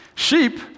Sheep